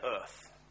Earth